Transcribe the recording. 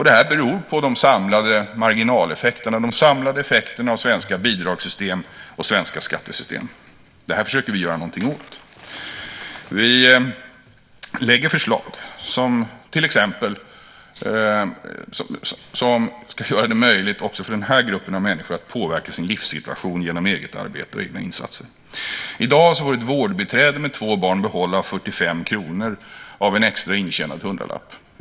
Det beror på de samlade marginaleffekterna, de samlade effekterna av svenska bidragssystem och svenska skattesystem. Det försöker vi att göra någonting åt. Vi lägger fram förslag som till exempel ska göra det möjligt också för den här gruppen av människor att påverka sin livssituation genom eget arbete och egna insatser. I dag får ett vårdbiträde med två barn behålla 45 kr av en extra intjänad hundralapp.